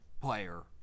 player